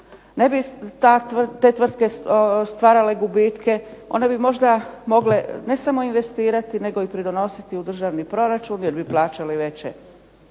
Ne bi te tvrtke stvarale gubitke, one bi možda mogle ne samo investirati nego i pridonositi u državni proračun jer bi plaćali veće